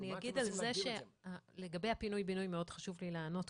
לגבי הפינוי-בינוי מאוד חשוב לי לענות: